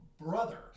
brother